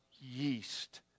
yeast